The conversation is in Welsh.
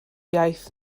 iaith